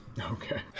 Okay